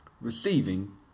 receiving